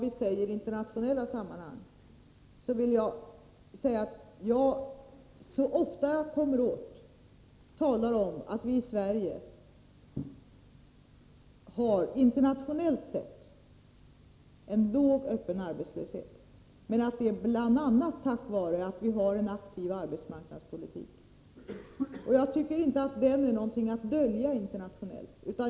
I internationella sammanhang talar jag så ofta jag kommer åt om att vi i Sverige har en internationellt sett låg öppen arbetslöshet, men att det är bl.a. tack vare att vi har en aktiv arbetsmarknadspolitik. Jag tycker inte att den är någonting att dölja internationellt.